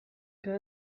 que